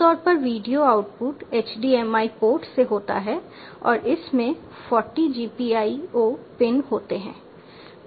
आमतौर पर video output HDMI port से होता है और इसमें 40 GPIO पिन होते हैं